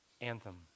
Anthem